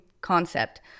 concept